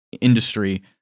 industry